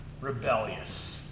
rebellious